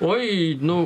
oi nu